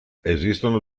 esistono